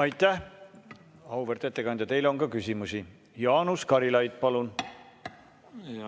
Aitäh, auväärt ettekandja! Teile on ka küsimusi. Jaanus Karilaid, palun!